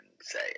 say